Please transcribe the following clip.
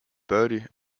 bertie